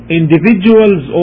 individuals